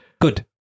Good